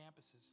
campuses